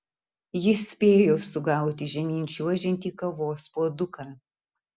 jis spėjo sugauti žemyn čiuožiantį kavos puoduką